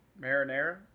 marinara